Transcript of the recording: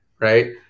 right